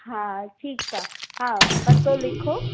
हा ठीकु आहे हा पतो लिखो